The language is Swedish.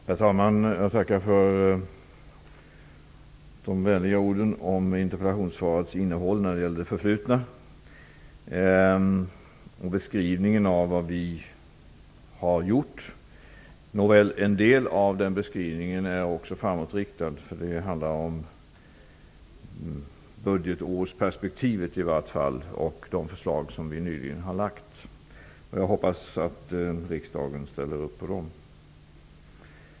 Herr talman! Jag tackar för de vänliga orden om interpellationssvarets innehåll när det gäller det förflutna och beskrivningen av vad vi har gjort. En del av den beskrivningen är faktiskt också framåtriktad; det handlar om budgetårsperspektivet och de förslag som vi nyligen har lagt fram. Jag hoppas att riksdagen ställer sig bakom dem.